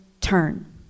turn